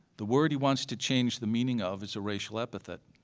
the word he wants to change the meaning of is a racial epithet.